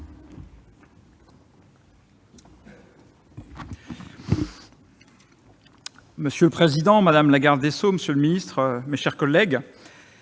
Monsieur le président, madame la garde des sceaux, monsieur le secrétaire d'État, mes chers collègues,